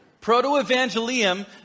Proto-Evangelium